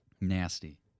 Nasty